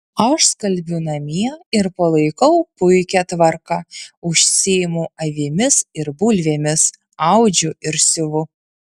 aš skalbiu namie ir palaikau puikią tvarką užsiimu avimis ir bulvėmis audžiu ir siuvu